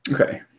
Okay